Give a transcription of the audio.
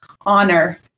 honor